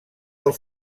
del